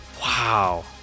Wow